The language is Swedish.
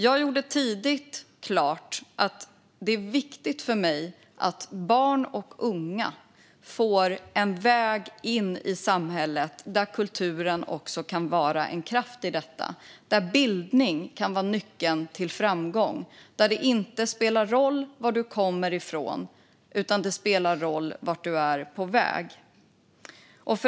Jag gjorde tidigt klart att det är viktigt för mig att barn och unga får en väg in i samhället där kulturen också kan vara en kraft, där bildning kan vara nyckeln till framgång och där det inte spelar någon roll var du kommer ifrån, utan det spelar roll vart du är på väg.